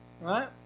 Right